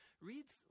reads